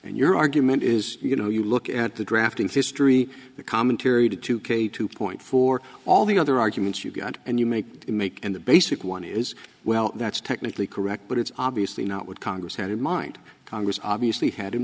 and your argument is you know you look at the drafting history the commentary two k two point four all the other arguments you've got and you make the make and the basic one is well that's technically correct but it's obviously not what congress had in mind congress obviously had in